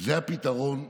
זה הפתרון,